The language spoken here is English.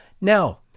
Now